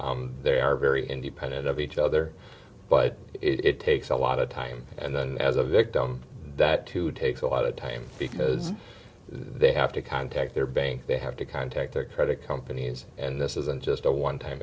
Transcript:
they are very independent of each other but it takes a lot of time and then as a victim to take a lot of time because they have to contact their bank they have to contact their credit companies and this isn't just a one time